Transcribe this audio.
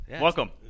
welcome